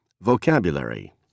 Vocabulary